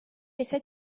ise